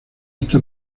está